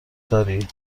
داری